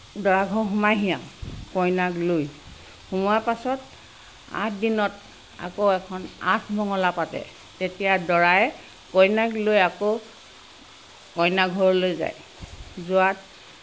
দৰাঘৰ সোমায়হি আৰু কইনাক লৈ সোমোৱা পাছত আকৌ আঠদিনত এখন আঠমঙলা পাতে তেতিয়া দৰাই কইনাক লৈ আকৌ কইনা ঘৰলৈ যায় যোৱাত